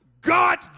God